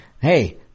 hey